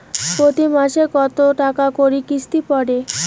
প্রতি মাসে কতো টাকা করি কিস্তি পরে?